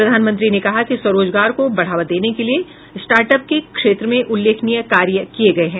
प्रधानमंत्री ने कहा कि स्वरोजगार को बढ़ावा देने के लिए स्टार्टअप के क्षेत्र में उल्लेखनीय कार्य किये गये हैं